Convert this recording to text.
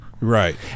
Right